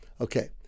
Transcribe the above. Okay